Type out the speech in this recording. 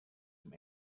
from